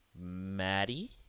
Maddie